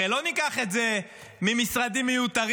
הרי לא ניקח את זה ממשרדים מיותרים.